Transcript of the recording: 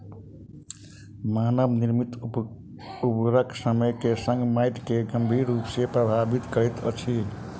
मानव निर्मित उर्वरक समय के संग माइट के गंभीर रूप सॅ प्रभावित करैत अछि